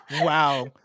wow